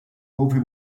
houve